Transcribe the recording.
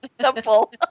simple